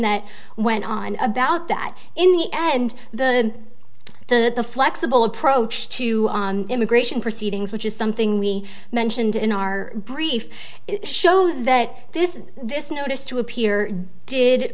that went on about that in the end the the flexible approach to immigration proceedings which is something we mentioned in our brief it shows that this is this notice to appear did